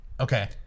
Okay